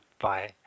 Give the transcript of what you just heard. Bye